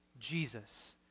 jesus